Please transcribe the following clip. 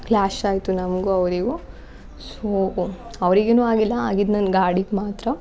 ಕ್ಲ್ಯಾಷಾಯಿತು ನಮಗೂ ಅವ್ರಿಗೂ ಸೋ ಅವ್ರಿಗೇನೂ ಆಗಿಲ್ಲ ಆಗಿದ್ದು ನನ್ನ ಗಾಡಿಗೆ ಮಾತ್ರ